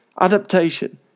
adaptation